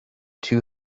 two